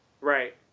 right